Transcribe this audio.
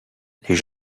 les